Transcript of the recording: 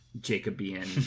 Jacobean